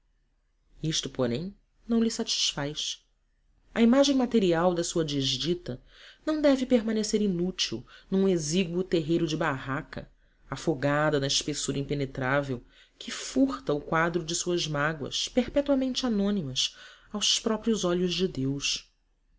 isto porém não lhe satisfaz a imagem material da sua desdita não deve permanecer inútil num exíguo terreiro de barraca afogada na espessura impenetrável que furta o quadro de suas mágoas perpetuamente anônimas aos próprios olhos de deus